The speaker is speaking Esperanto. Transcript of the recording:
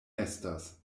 estas